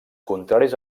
contraris